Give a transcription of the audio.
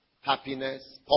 happiness